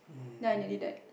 then I nearly died